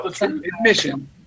Admission